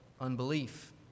unbelief